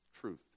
truth